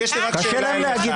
אפשר בבקשה?